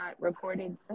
recorded